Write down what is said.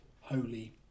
holy